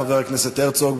חבר הכנסת הרצוג,